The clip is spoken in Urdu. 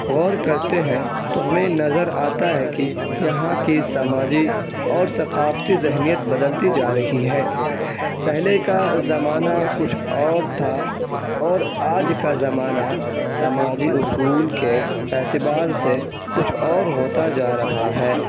غور کرتے ہیں تو ہمیں نظر آتا ہے کہ یہاں کی سماجی اور ثقافتی ذہنیت بدلتی جا رہی ہے پہلے کا زمانہ کچھ اور تھا اور آج کا زمانہ سماجی اصول کے اعتبار سے کچھ اور ہوتا جا رہا ہے